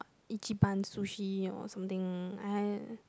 Ichiban sushi or something I